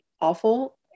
awful